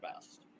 best